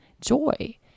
joy